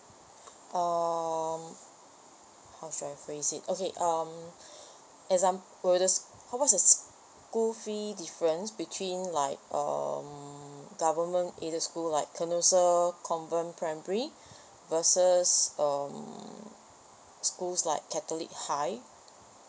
um how should I phrase it okay um exam~ will the how much the school fee difference between like um government aided school like cannosian convent primary versus um schools like catholic high